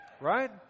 Right